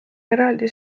eraldi